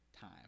time